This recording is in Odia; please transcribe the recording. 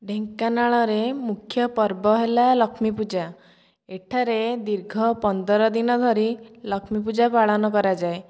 ଢେଙ୍କାନାଳରେ ମୂଖ୍ୟ ପର୍ବ ହେଲା ଲକ୍ଷ୍ମୀ ପୂଜା ଏଠାରେ ଦୀର୍ଘ ପନ୍ଦର ଦିନ ଧରି ଲକ୍ଷ୍ମୀ ପୂଜା ପାଳନ କରାଯାଏ